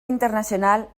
internacional